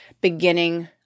beginning